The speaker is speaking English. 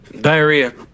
Diarrhea